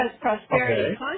prosperity